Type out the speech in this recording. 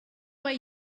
way